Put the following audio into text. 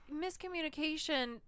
miscommunication